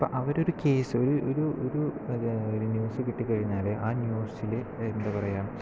ഇപ്പോൾ അവരൊരു കേസ് ഒരു ഒരു ഒരു ന്യൂസ് കിട്ടിക്കഴിഞ്ഞാൽ ആ ന്യൂസ് എന്താ പറയുക